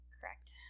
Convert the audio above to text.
Correct